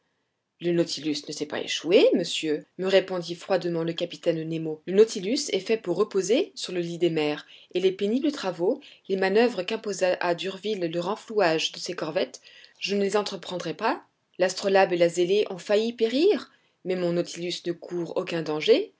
le nautilus ne s'est pas échoué monsieur me répondit froidement le capitaine nemo le nautilus est fait pour reposer sur le lit des mers et les pénibles travaux les manoeuvres qu'imposa à d'urville le renflouage de ses corvettes je ne les entreprendrai pas l'astrolabe et la zélée ont failli périr mais mon nautilus ne court aucun danger